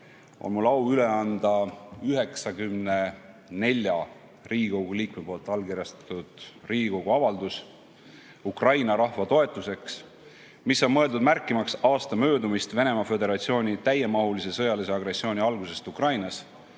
on mul au üle anda 94 Riigikogu liikme allkirjastatud Riigikogu avaldus "Ukraina rahva toetuseks", mis on mõeldud märkima aasta möödumist Venemaa Föderatsiooni täiemahulise sõjalise agressiooni algusest Ukrainas,